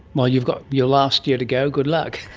well, you've got your last year to go good luck.